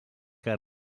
que